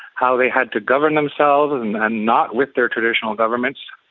how they had to govern themselves and not with their traditional governments,